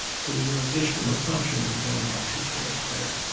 so there's an additional assumption that he doesn't articulate there.